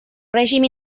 règim